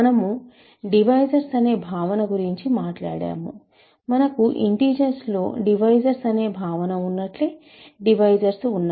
మనము డివైజర్స్ అనే భావన గురించి మాట్లాడాము మనకు ఇంటిజర్స్ లో డివైజర్స్ అనే భావన ఉన్నట్లే డివైజర్స్ ఉన్నాయి